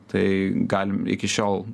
tai galim iki šiol